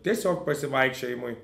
tiesiog pasivaikščiojimui